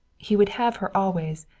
he would have her always,